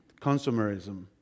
consumerism